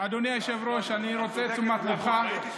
אדוני היושב-ראש, אני רוצה את תשומת ליבך.